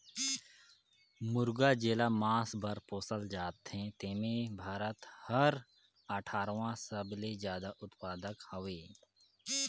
मुरगा जेला मांस बर पोसल जाथे तेम्हे भारत हर अठारहवां सबले जादा उत्पादक हवे